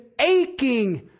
aching